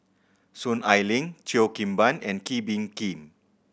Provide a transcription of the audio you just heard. Soon Ai Ling Cheo Kim Ban and Kee Bee Khim